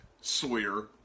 sawyer